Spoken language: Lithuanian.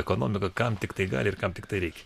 ekonomik kam tiktai gali ir kam tiktai reikia